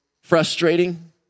frustrating